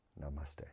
Namaste